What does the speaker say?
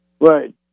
right